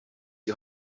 die